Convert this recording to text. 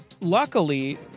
luckily